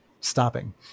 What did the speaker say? stopping